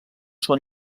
són